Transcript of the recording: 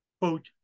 Quote